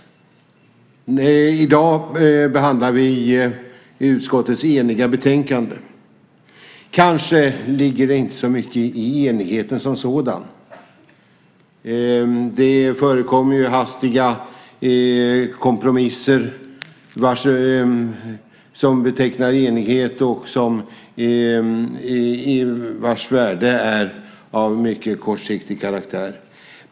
I dag behandlar vi utskottets eniga betänkande. Kanske ligger det inte så mycket i enigheten som sådan. Det förekommer hastiga kompromisser som betecknar enighet och vars värde är av mycket kortsiktig karaktär.